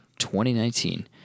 2019